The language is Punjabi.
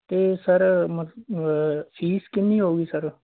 ਅਤੇ ਸਰ ਮ ਫੀਸ ਕਿੰਨੀ ਹੋਵੇਗੀ ਸਰ